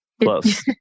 Close